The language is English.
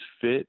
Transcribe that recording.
fit